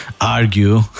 argue